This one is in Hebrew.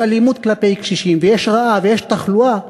אלימות כלפי קשישים ויש רעה ויש תחלואה,